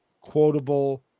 quotable